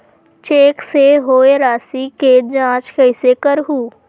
Cheque से होए राशि के जांच कइसे करहु?